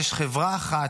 יש חברה אחת,